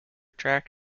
tract